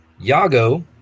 Yago